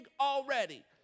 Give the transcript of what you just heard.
already